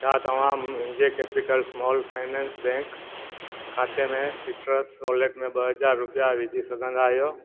छा तव्हां मुंहिंजे केपिटल स्माल फाइनेंस बैंक खाते में सिट्रस वॉलेट में ॿ हज़ार रुपिया विझी सघंदा आहियो